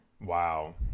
Wow